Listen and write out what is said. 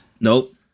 Nope